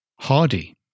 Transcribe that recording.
Hardy